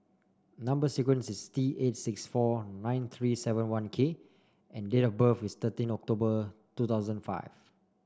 number sequence is T eight six four nine three seven one K and date of birth is thirteen October two thousand five